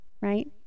right